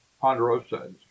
ponderosa